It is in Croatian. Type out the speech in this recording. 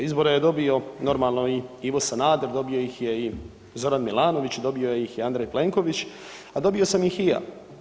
Izbore je dobio normalno i Ivo Sanader, dobio ih je i Zoran Milanović, dobio ih je Andrej Plenković, a dobio sam ih i ja.